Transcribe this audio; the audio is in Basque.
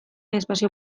espazio